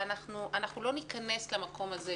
שאנחנו לא ניכנס אליו,